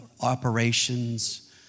operations